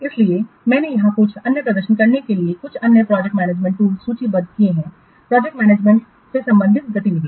इसलिए मैंने यहां कुछ अन्य प्रदर्शन करने के लिए कुछ अन्य प्रोजेक्ट मैनेजमेंट टूल सूचीबद्ध किए हैं प्रोजेक्ट मैनेजमेंट से संबंधित गतिविधियाँ